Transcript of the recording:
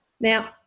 Now